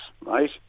right